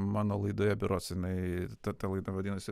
mano laidoje berods jinai ta ta laida vadinasi